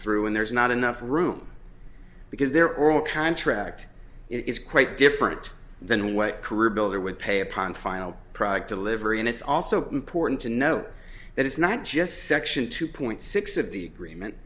through and there's not enough room because they're all contract it is quite different than what career builder would pay upon file product delivery and it's also important to note that it's not just section two point six of the gree